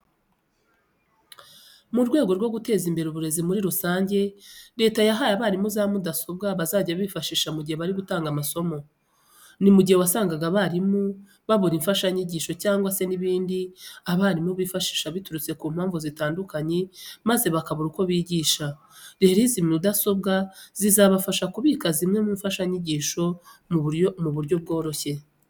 Mu rwego rwo guteza imbere ubuzi muri rusange, Leta yahaye abarimu za mudasobwa bazajya bifashisha mu gihe bari gutanga amasomo. Ni mu gihe wasangaga abarimu babura imfashanyigisho cyangwa se n'ibindi aba barimu bifashisha biturutse ku mpamvu zitandukanye maze bakabura uko bigisha. Rero izi mudasobwa zizabafasha kubika zimwe mu mfashanyigisho mu buro byoroshye.